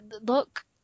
look